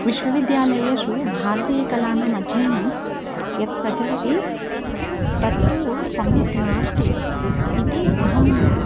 विश्वविद्यालयेषु भारतीयकलानामध्ययनं यत् प्रचलति तत्तु सम्यक् नास्ति इति अहं